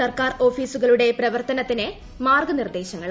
സർക്കാർ ഓഫീസുകളുടെ പ്രവർത്തനത്തിന് മാർഗനിർദേശങ്ങളായി